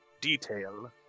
detail